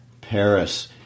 Paris